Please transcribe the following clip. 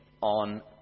on